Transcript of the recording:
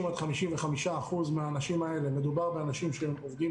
50% עד 55% מהאנשים האלה - מדובר באנשים שעובדים